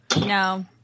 No